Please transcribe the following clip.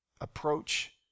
approach